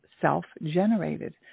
self-generated